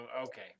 okay